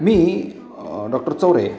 मी doctor Chaure